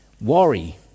worry